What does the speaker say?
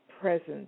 presence